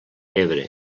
ebre